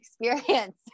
experience